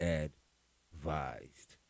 advised